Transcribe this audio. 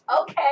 Okay